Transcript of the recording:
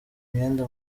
imyenda